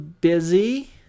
Busy